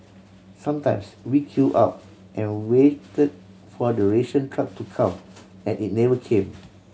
sometimes we queued up and waited for the ration truck to come and it never came